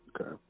Okay